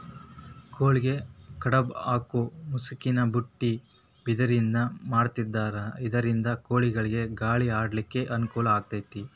ಕೋಳಿಗೆ ಡಬ್ಬ ಹಾಕು ಮುಸುಕಿನ ಬುಟ್ಟಿ ಬಿದಿರಿಂದ ಮಾಡಿರ್ತಾರ ಇದರಿಂದ ಕೋಳಿಗಳಿಗ ಗಾಳಿ ಆಡ್ಲಿಕ್ಕೆ ಅನುಕೂಲ ಆಕ್ಕೆತಿ